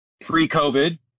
pre-COVID